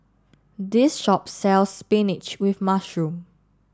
this shop sells Spinach with Mushroom